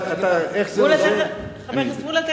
חבר הכנסת מולה,